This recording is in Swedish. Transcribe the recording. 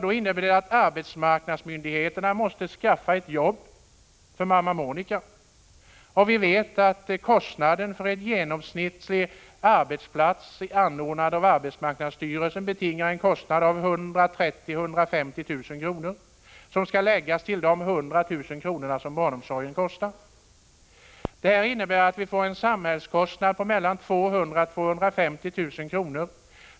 Då måste arbetsmarknadsmyndigheterna skaffa ett jobb för mamma Monika. Vi vet att en genomsnittlig arbetsplats, anordnad av arbetsmarknadsstyrelsen, betingar en kostnad av 130 000 150 000 kr., vilket skall läggas till de 100 000 kr. som barnomsorgen kostar. Detta innebär att vi får en samhällskostnad på mellan 200 000 och 250 000 kr.